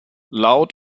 laut